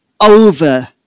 over